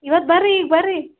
ಇವತ್ತು ಬರ್ರೀ ಈಗ ಬರ್ರೀ